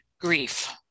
Grief